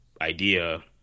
idea